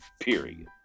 Period